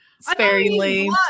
sparingly